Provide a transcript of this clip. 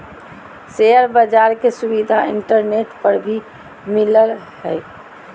share बाज़ार के सुविधा इंटरनेट पर भी मिलय हइ